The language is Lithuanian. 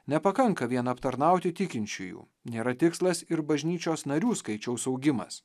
nepakanka vien aptarnauti tikinčiųjų nėra tikslas ir bažnyčios narių skaičiaus augimas